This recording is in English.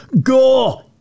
go